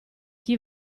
chi